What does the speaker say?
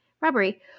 robbery